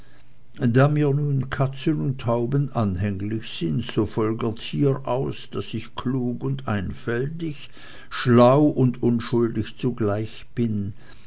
da mir nun katzen und tauben anhänglich sind so folgt hieraus daß ich klug und einfältig schlau und unschuldig zugleich bin